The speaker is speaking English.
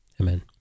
amen